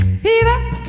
Fever